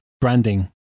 branding